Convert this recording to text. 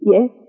Yes